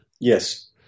Yes